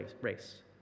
race